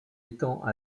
étant